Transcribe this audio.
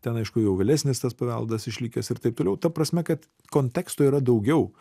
ten aišku jau vėlesnis tas paveldas išlikęs ir taip toliau ta prasme kad konteksto yra daugiau